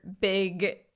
big